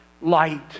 light